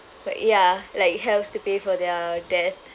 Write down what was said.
but ya like helps to pay for their death